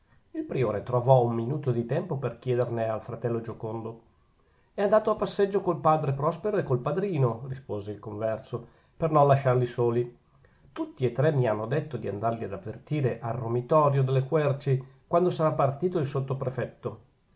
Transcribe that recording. il priore trovò un minuto di tempo per chiederne al fratello giocondo è andato a passeggio col padre prospero e col padrino rispose il converso per non lasciarli soli tutti e tre mi hanno detto di andarli ad avvertire al romitorio delle querci quando sarà partito il